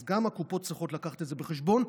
אז הקופות צריכות להביא גם את זה בחשבון.